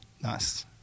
Nice